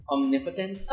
Omnipotent